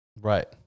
Right